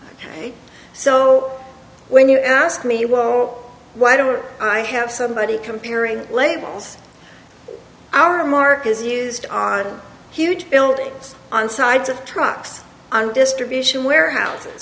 ok so when you ask me why do i have somebody comparing labels our mark is used on huge buildings on sides of trucks on distribution warehouses